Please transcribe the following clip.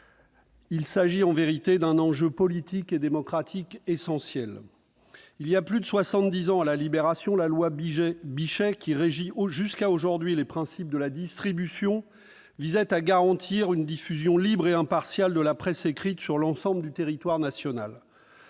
Il s'agit en vérité d'un enjeu politique et démocratique essentiel. Il y a plus de soixante-dix ans, à la Libération, la loi Bichet, qui régit jusqu'à aujourd'hui les principes de la distribution, était adoptée, pour garantir une diffusion libre et impartiale de la presse écrite sur l'ensemble du territoire national.